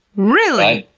really!